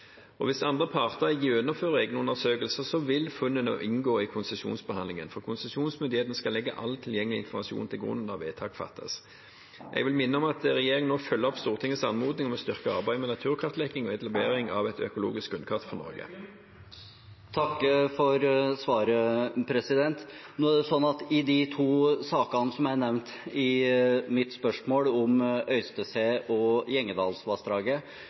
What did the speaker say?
Hvis andre parter gjennomfører egne undersøkelser, vil funnene inngå i konsesjonsbehandlingen, for konsesjonsmyndighetene skal legge all tilgjengelig informasjon til grunn når vedtak fattes. Jeg vil minne om at regjeringen nå følger opp Stortingets anmodning om å styrke arbeidet med naturkartlegging og etablering av et økologisk grunnkart. Takk for svaret. I de to sakene som jeg nevnte i mitt spørsmål, Øystese- og Gjengedalsvassdraget, ble det fra organisasjonenes side bedt om tilleggsutredninger og